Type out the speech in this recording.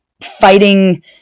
fighting